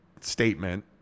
statement